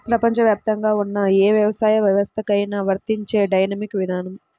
ప్రపంచవ్యాప్తంగా ఉన్న ఏ వ్యవసాయ వ్యవస్థకైనా వర్తించే డైనమిక్ విధానం